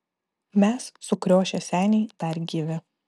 mes sukriošę seniai dar gyvi